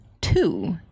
two